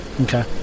Okay